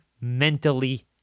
mentally